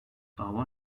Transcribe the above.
dava